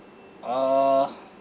uh